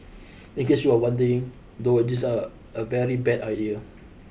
in case you are wondering though a jeans are are very bad a year